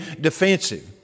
defensive